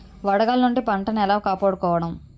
వడగాలి నుండి పంటను ఏలా కాపాడుకోవడం?